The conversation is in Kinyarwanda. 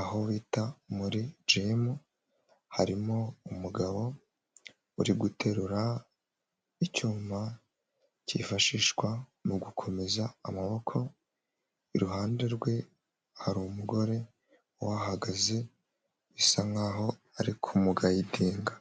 aho bita muri jimu, harimo umugabo uri guterura icyuma cyifashishwa mu gukomeza amaboko, iruhande rwe hari umugore uhahagaze bisa nk'aho ari kumugayidinga.